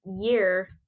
year